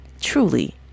Truly